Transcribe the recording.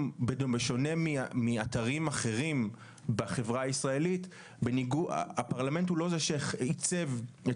בשונה מאתרים אחרים בחברה הישראלית הפרלמנט הוא לא זה שעיצב את